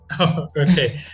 Okay